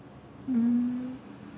hmm